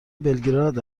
بلگراد